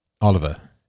Oliver